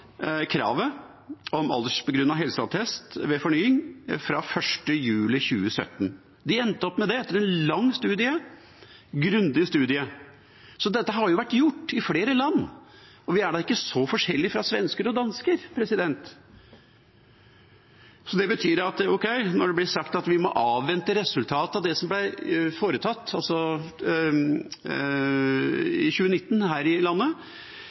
kravet om aldersbegrunnet helseattest ved fornying fra 1. juli 2017. De endte opp med det etter en lang og grundig studie. Så dette har vært gjort i flere land. Vi er da ikke så forskjellige fra svensker og dansker. Det blir sagt at vi må avvente resultatet av det som ble foretatt i 2019 her i landet,